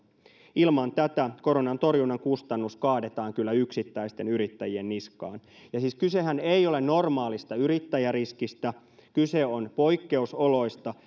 ilman tätä koronan torjunnan kustannus kaadetaan kyllä yksittäisten yrittäjien niskaan ja siis kysehän ei ole normaalista yrittäjäriskistä kyse on poikkeusoloista